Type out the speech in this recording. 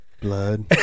Blood